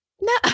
No